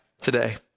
today